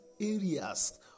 areas